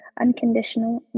unconditional